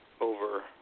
over